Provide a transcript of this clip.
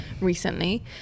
recently